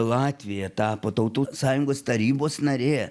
latvija tapo tautų sąjungos tarybos narė